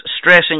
stressing